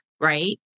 right